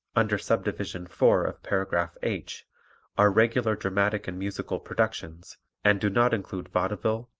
under subdivision four of paragraph h are regular dramatic and musical productions and do not include vaudeville,